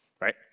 right